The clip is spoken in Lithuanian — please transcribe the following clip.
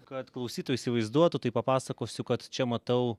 kad klausytojai įsivaizduotų tai papasakosiu kad čia matau